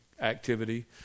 activity